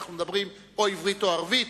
אנחנו מדברים או עברית או ערבית,